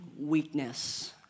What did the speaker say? Weakness